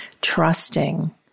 trusting